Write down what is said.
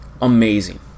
amazing